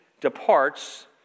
departs